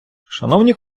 шановні